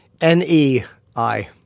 N-E-I